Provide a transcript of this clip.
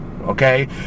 okay